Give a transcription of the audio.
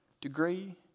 Degree